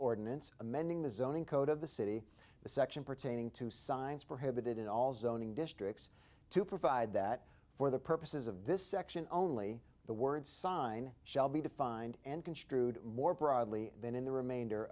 of the city the section pertaining to signs prohibited in all zoning districts to provide that for the purposes of this section only the word sign shall be defined and construed more broadly than in the remainder